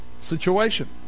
situation